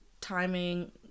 timing